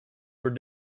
were